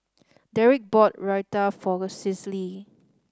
Deric bought Raita for Cicely